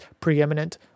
preeminent